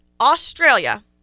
Australia